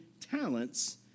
talents